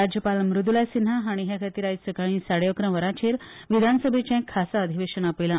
राज्यपाल मूद्ला सिन्हा हाणी हे खातीर आयज सकाळी साडे अकरा वरांचेर विधानसभेचे खासा अधिवेशन आपयला